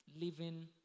living